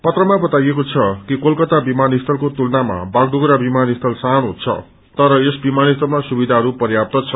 पत्रमा बताइएको छ कि कलकता विमानस्थलको तुलनामा बायडुग्रा विमानस्थल सानो छ तर यस विमानस्थलमा सुविधाहरू पर्यास छन्